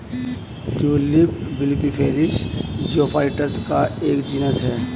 tulip bulbiferous geophytes का एक genus है